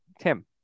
Tim